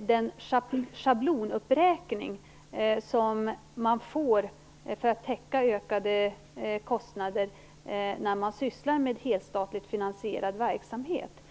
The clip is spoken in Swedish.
den schablonuppräkning som man får för att täcka ökade kostnader när man sysslar med helstatligt finansierad verksamhet.